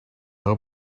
hope